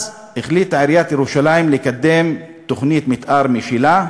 החליטה עיריית ירושלים לקדם תוכנית מתאר משלה,